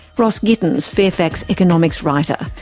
ross gittins, fairfax economics writer.